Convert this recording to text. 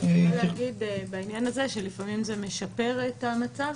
לפעמים זה משפר את המצב,